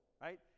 right